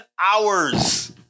hours